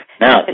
Now